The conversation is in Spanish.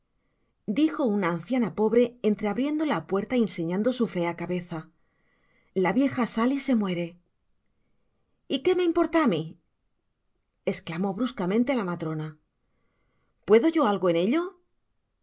dijo una anciana pobre entreabriendo la puerta y enseñando su fea cabeza la vieja sali y se muere y qué me importa á mi esclamó bruscamente la matrona puedo yo algo en ello